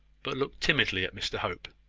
but looked timidly at mr hope.